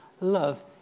Love